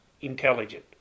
intelligent